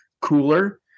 cooler